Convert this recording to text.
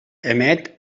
emet